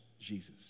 Jesus